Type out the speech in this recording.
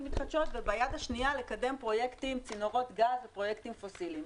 מתחדשות וביד השנייה לקדם פרויקטים כמו צינורות גז ופרויקטים פוסיליים.